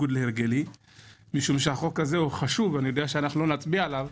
כי החוק הזה חשוב אני יודע שלא נצביע עליו,